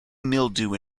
mildew